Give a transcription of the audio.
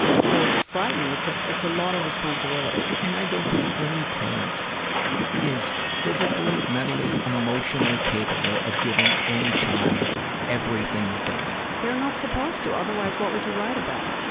so it's frightening. it's ah it's a lot of responsibility. and i don't think any parent is physically, mentally, emotionally capable of giving any child everything that they need. they're not supposed to. otherwise what would you write about?